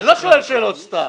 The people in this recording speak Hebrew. אני לא שואל שאלות סתם.